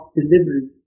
delivery